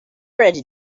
ready